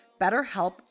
BetterHelp